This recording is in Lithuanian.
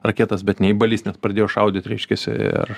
raketas bet ne į balistines pradėjo šaudyti reiškiasi ir